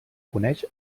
coneix